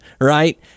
right